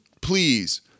please